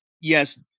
yes